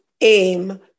aim